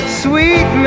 sweet